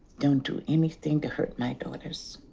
don't do anything to hurt my daughters.